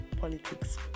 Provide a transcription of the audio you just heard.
politics